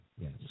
yes